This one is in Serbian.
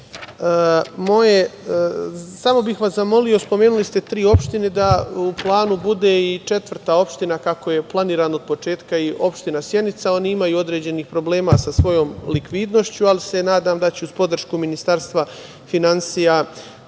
Samo bih vas zamolio, spomenuli ste tri opštine, da u planu bude i četvrta opština, kako je planirano od početka i opština Sjenica, oni imaju određenih problema sa svojom likvidnošću, ali se nadam da ću uz podršku Ministarstva finansija,